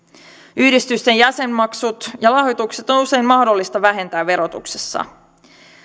yhdistysten jäsenmaksut ja lahjoitukset on usein mahdollista vähentää verotuksessa